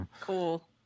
Cool